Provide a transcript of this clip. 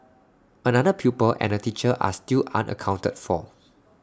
another pupil and A teacher are still unaccounted for